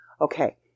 Okay